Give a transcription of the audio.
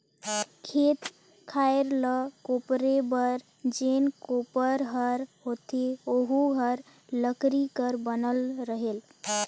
खेत खायर ल कोपरे बर जेन कोपर हर होथे ओहू हर लकरी कर बनल रहेल